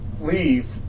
leave